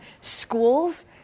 schools